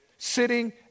...sitting